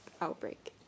outbreak